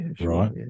right